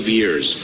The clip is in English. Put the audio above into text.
years